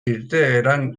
irteeran